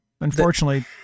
Unfortunately